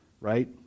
right